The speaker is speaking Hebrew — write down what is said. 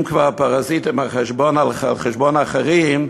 אם כבר פרזיטים על חשבון אחרים,